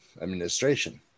administration